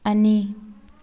ꯑꯅꯤ